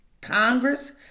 Congress